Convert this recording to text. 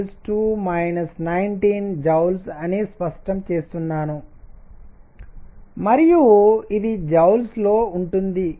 610 19జౌల్స్ అని స్పష్టం చేస్తున్నాను మరియు ఇది జౌల్స్ లో ఉంటుంది